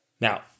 Now